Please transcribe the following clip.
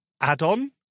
add-on